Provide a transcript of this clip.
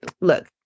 look